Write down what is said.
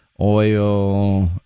oil